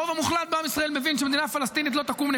הרוב המוחלט בעם ישראל מבין שמדינה פלסטינית לא תקום.